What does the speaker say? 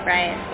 Right